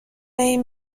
این